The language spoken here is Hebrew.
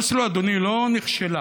אוסלו, אדוני, לא נכשל,